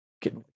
get